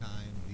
Time